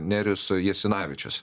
nerijus jasinavičius